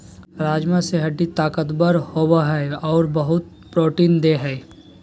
राजमा से हड्डी ताकतबर होबो हइ और बहुत प्रोटीन देय हई